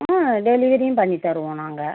ஆ டெலிவரியும் பண்ணித்தருவோம் நாங்கள்